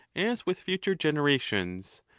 as with future generations,